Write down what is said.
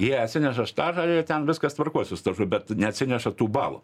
jie atsineša štažą ir jie ten viskas tvarkoj su stažu bet neatsineša tų balų